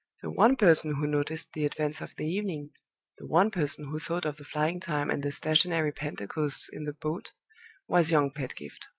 the one person who noticed the advance of the evening the one person who thought of the flying time and the stationary pentecosts in the boat was young pedgift.